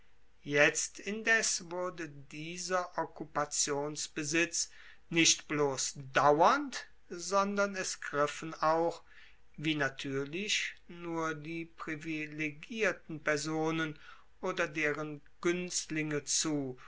jetzt indes wurde dieser okkupationsbesitz nicht bloss dauernd sondern es griffen auch wie natuerlich nur die privilegierten personen oder deren guenstlinge zu